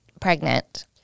pregnant